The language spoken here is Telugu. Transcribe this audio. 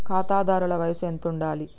ఖాతాదారుల వయసు ఎంతుండాలి?